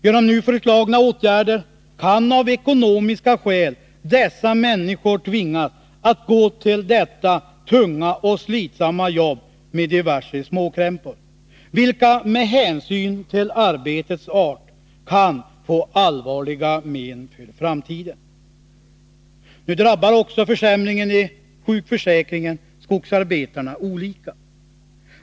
Genom nu föreslagna åtgärder kan av ekonomiska skäl skogsarbetaren tvingas att gå till detta tunga och slitsamma jobb med diverse småkrämpor, vilka med hänsyn till arbetets art kan medföra allvarliga men för framtiden. Försämringen i sjukförsäkringen drabbar också skogsarbetarna olika.